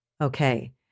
Okay